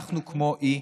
אנחנו כמו אי,